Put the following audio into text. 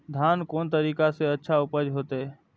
धान कोन तरीका से अच्छा उपज होते?